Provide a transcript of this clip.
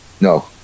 no